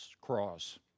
cross